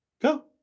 Go